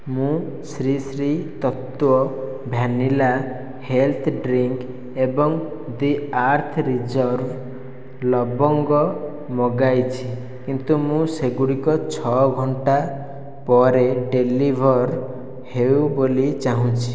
ମୁଁ Sri Sri Tattva vanilla health drink ଏବଂ The Earth Reserve ଲବଙ୍ଗ ମଗାଇଛି କିନ୍ତୁ ମୁଁ ସେଗୁଡ଼ିକ ଛଅ ଘଣ୍ଟା ପରେ ଡେଲିଭର ହେଉ ବୋଲି ଚାହୁଁଛି